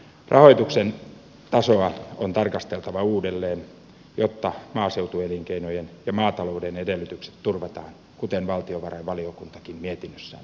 rahoituksen tasoa on tarkasteltava uudelleen jotta maaseutuelinkeinojen ja maatalouden edellytykset turvataan kuten valtiovarainvaliokuntakin mietinnössään toteaa